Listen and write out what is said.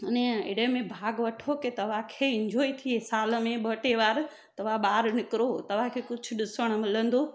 अने अहिड़े में भाग वठो कि तव्हांखे इंजॉय थिए साल में ॿ टे बार तव्हां ॿाहिरि निकिरो तव्हांखे कुझु ॾिसणु मिलंदो